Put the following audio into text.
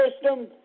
system